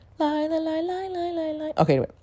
okay